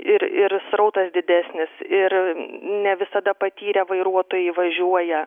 ir ir srautas didesnis ir ne visada patyrę vairuotojai važiuoja